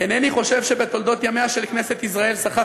אינני חושב שבתולדות ימיה של כנסת ישראל זכה